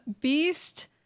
Beast